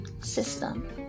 system